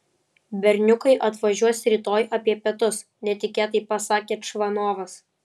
berniukai atvažiuos rytoj apie pietus netikėtai pasakė čvanovas